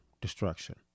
destruction